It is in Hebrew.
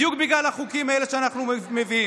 בדיוק בגלל החוקים האלה שאנחנו מביאים.